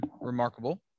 remarkable